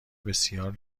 بسیار